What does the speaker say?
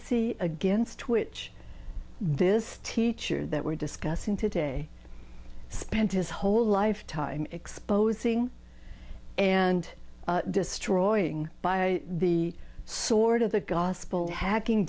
heresy against which this teacher that we're discussing today spent his whole lifetime exposing and destroying by the sword of the gospel hacking